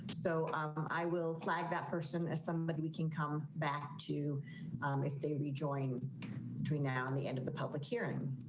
so i will flag that person as somebody we can come back to if they rejoined doing now and the end of the public hearing